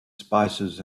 spices